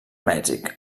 mèxic